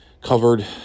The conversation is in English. covered